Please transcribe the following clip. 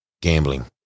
gambling